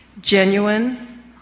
genuine